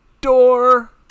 door